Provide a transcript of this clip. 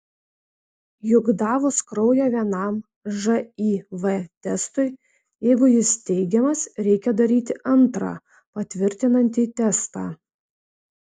juk davus kraują vienam živ testui jeigu jis teigiamas reikia daryti antrą patvirtinantį testą